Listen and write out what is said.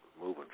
moving